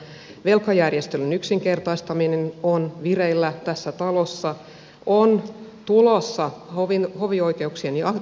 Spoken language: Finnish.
tammikuuta velkajärjestelyn yksinkertaistaminen on vireillä tässä talossa on tulossa hovioikeuksien ja